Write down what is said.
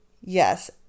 Yes